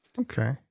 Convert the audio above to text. Okay